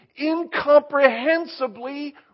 incomprehensibly